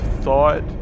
thought